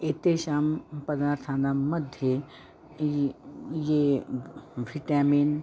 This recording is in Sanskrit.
एतेषां पदार्थानां मध्ये ये ये भिटामिन्